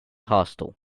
hostile